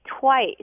twice